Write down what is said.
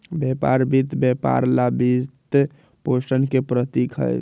व्यापार वित्त व्यापार ला वित्तपोषण के प्रतीक हई,